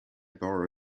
borrow